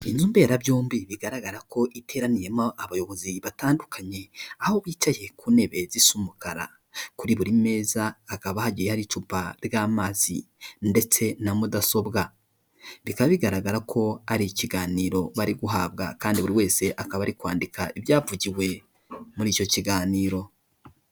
Inzu mberabyombi bigaragara ko iteraniyemo abayobozi batandukanye, aho bicaye ku ntebe zisa umukara kuri buri meza hakaba hagiye hari icupa ry'amazi, ndetse na mudasobwa rikaba bigaragara ko ari ikiganiro bari guhabwa, kandi buri wese akaba ari kwandika ibyavugiwe muri icyo kiganiro.